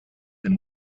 than